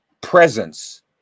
presence